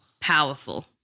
Powerful